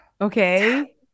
Okay